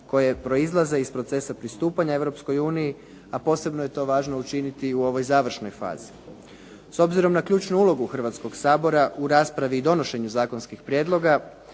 koje proizlaze iz procesa pristupanja Europskoj uniji a posebno je to važno učiniti u ovoj završnoj fazi. S obzirom na ključnu ulogu Hrvatskoga sabora u raspravi i donošenju zakonskih prijedloga